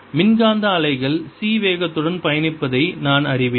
மின்காந்த அலைகள் c வேகத்துடன் பயணிப்பதை நான் அறிவேன்